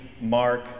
mark